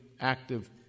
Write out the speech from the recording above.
active